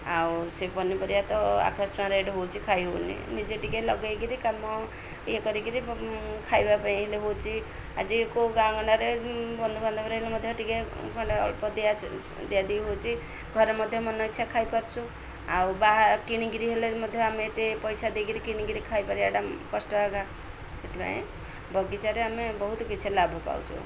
ଆଉ ସେ ପନିପରିବା ତ ଆକାଶଛୁଆଁ ରେଟ୍ ହେଉଛି ଖାଇ ହଉନି ନିଜେ ଟିକେ ଲଗେଇକିରି କାମ ଇଏ କରିକିରି ଖାଇବା ପାଇଁଲେ ହେଉଛି ଆଜି କେଉଁ ଗାଁ ଗାଣ୍ଡରେ ବନ୍ଧୁବାନ୍ଧବରେ ହେଲେ ମଧ୍ୟ ଟିକେ ଖଣ୍ଡେ ଅଳ୍ପ ଦିଆ ଦିଆଦେଇ ହେଉଛି ଘରେ ମଧ୍ୟ ମନ ଇଚ୍ଛା ଖାଇପାରୁଛୁ ଆଉ ବାହା କିଣିକିରି ହେଲେ ମଧ୍ୟ ଆମେ ଏତେ ପଇସା ଦେଇକିରି କିଣିକିରି ଖାଇପାରିବା ଏଡ଼ା କଷ୍ଟ ହେଗା ସେଥିପାଇଁ ବଗିଚାରେ ଆମେ ବହୁତ କିଛି ଲାଭ ପାଉଛୁ